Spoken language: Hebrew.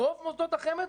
רוב מוסדות החמ"ד,